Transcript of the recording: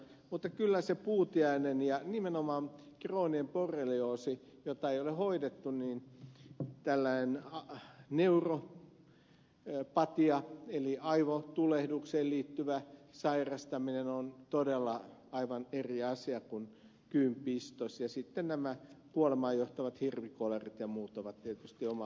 mutta kyllä se puutiainen ja nimenomaan krooninen borrelioosi jota ei ole hoidettu tällainen neuropatia eli aivotulehdukseen liittyvä sairastaminen on todella aivan eri asia kuin kyyn pistos ja sitten nämä kuolemaan johtavat hirvikolarit ja muut ovat tietysti oma lukunsa